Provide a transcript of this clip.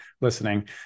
listening